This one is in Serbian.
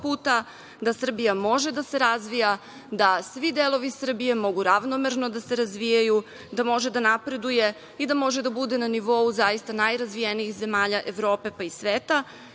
puta da Srbija može da se razvija, da svi delovi Srbije mogu ravnomerno da se razvijaju, da može da napreduje i da može da bude na nivou zaista najrazvijenijih zemalja Evrope, pa i sveta.